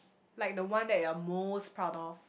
like the one that you're most proud of